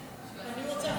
תמונה